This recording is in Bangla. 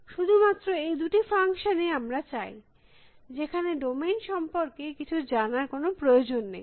শুধুমাত্র এই দুটি ফাংশন ই আমরা চাই যেখানে ডোমেইন সম্পর্কে কিছু জানার কোনো প্রয়োজন নেই